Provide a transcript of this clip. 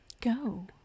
go